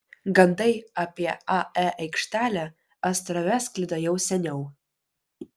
gandai apie ae aikštelę astrave sklido jau seniau